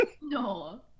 No